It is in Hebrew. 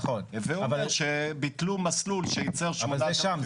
הווה אומר שביטלו מסלול שייצר --- אבל זה שם,